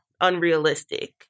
unrealistic